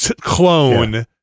clone